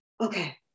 okay